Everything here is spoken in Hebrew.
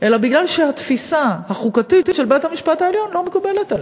אלא מכיוון שהתפיסה החוקתית של בית-המשפט העליון לא מקובלת עליה.